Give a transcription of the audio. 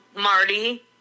marty